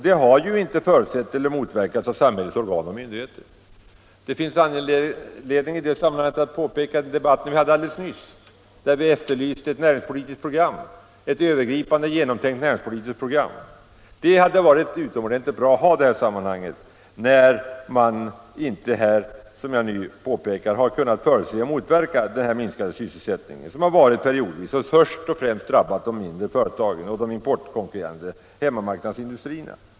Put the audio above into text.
Detta har ju inte förutsetts eller motverkats av samhällets organ och myndigheter. Det finns anledning hänvisa till debatten här alldeles nyss, där vi efterlyste ett övergripande och genomtänkt näringspolitiskt program. Det hade varit utomordentligt bra att ha ett sådant program i detta sammanhang, när man inte, som jag nu påpekar, har kunnat förutse och motverka den minskade sysselsättning som har förekommit periodvis och som då först och främst har drabbat de mindre företagen och de importkonkurrerande hemmamarknadsin dustrierna.